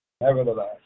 Nevertheless